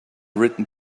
written